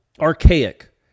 archaic